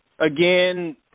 again